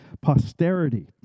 Posterity